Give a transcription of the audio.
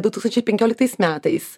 du tūkstančiai penkioliktais metais